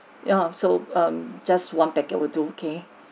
yeah so um just one packet will do okay